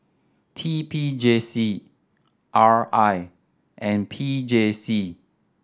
T P J C R I and P J C